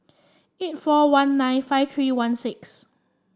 eight four one nine five three one six